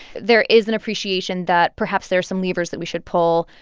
there is an appreciation that perhaps there are some levers that we should pull.